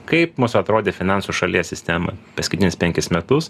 kaip mus atrodė finansų šalies sistema paskutinius penkis metus